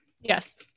Yes